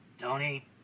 Tony